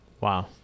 Wow